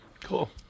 Cool